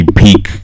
peak